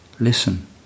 Listen